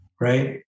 right